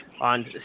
on